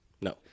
No